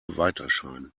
weiterscheinen